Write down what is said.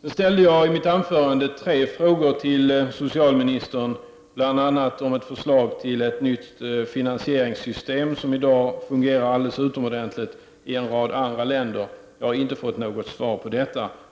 Jag ställde i mitt anförande tre frågor till socialministern, bl.a. om ett förslag till ett nytt finansieringssystem, som i dag fungerar alldeles utmärkt i en rad andra länder. Jag har inte fått något svar på det.